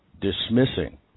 dismissing